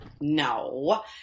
No